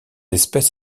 espèce